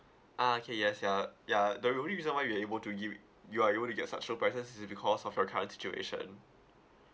ah okay yes ya ya the r~ only reason why you're able to ge~ you are able to get such low prices is because of our current situation